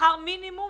שכר מינימום.